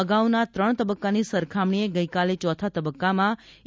અગાઉના ત્રણ તબક્કાની સરખામણીએ ગઇકાલના ચોથા તબક્કામાં ઇ